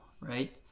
right